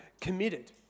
committed